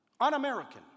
un-American